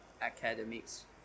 academics